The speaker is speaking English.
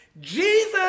Jesus